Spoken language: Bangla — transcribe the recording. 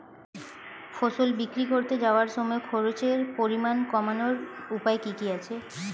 ফসল বিক্রি করতে যাওয়ার সময় খরচের পরিমাণ কমানোর উপায় কি কি আছে?